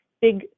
big